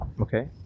Okay